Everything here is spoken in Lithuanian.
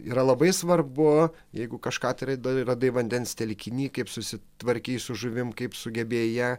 yra labai svarbu jeigu kažką tai radai radai vandens telkiny kaip susitvarkei su žuvim kaip sugebėjai ją